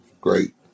great